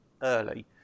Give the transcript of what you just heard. early